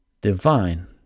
divine